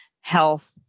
health